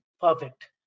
Perfect